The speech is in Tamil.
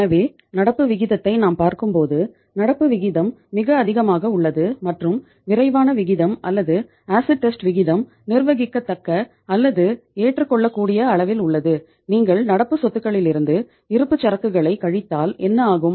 எனவே நடப்பு விகிதத்தை நாம் பார்க்கும்போது நடப்பு விகிதம் மிக அதிகமாக உள்ளது மற்றும் விரைவான விகிதம் அல்லது ஆசிட் டெஸ்ட் விகிதம் நிர்வகிக்கத்தக்க அல்லது ஏற்றுக்கொள்ளக்கூடிய அளவில் உள்ளது நீங்கள் நடப்பு சொத்துகளிலிருந்து இருப்புச்சரக்குகளை கழித்தால் என்ன ஆகும்